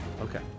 Okay